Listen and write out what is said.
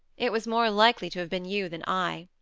it was more likely to have been you than i.